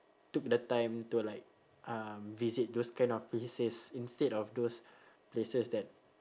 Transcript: took the time to like um visit those kind of places instead of those places that